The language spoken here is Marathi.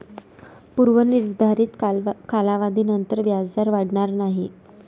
पूर्व निर्धारित कालावधीनंतर व्याजदर वाढणार नाही